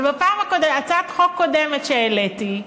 אבל בהצעת חוק קודמת שהעליתי,